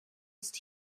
ist